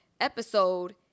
episode